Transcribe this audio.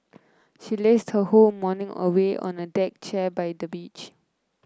she lazed her whole morning away on a deck chair by the beach